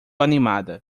animada